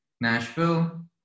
Nashville